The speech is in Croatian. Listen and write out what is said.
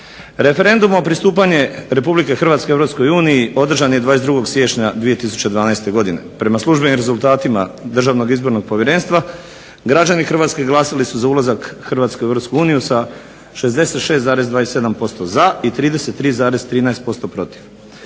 Referendum o pristupanju RH EU održan je 22. siječnja 2012. godine prema službenim rezultatima DIP-a građani Hrvatske glasali su za ulazak Hrvatske u EU sa 66,27% za i 33,13% protiv.